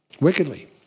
wickedly